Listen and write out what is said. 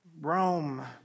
Rome